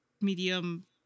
medium